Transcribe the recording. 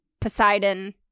Poseidon